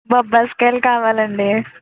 బొప్పాయి కాయలు కావాలండి